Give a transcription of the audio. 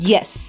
Yes।